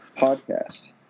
podcast